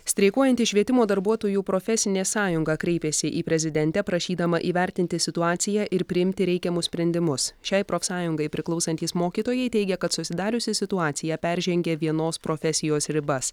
streikuojanti švietimo darbuotojų profesinė sąjunga kreipėsi į prezidentę prašydama įvertinti situaciją ir priimti reikiamus sprendimus šiai profsąjungai priklausantys mokytojai teigia kad susidariusi situacija peržengia vienos profesijos ribas